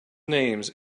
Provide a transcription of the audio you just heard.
names